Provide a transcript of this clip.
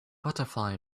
butterfly